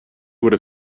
would